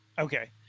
Okay